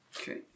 Okay